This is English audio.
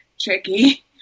tricky